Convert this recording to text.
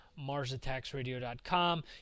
MarsAttacksRadio.com